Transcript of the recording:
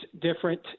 different